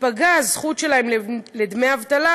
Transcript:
תיפגע זכאותם לדמי אבטלה,